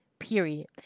period